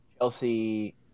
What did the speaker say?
Chelsea